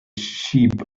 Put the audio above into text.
sheep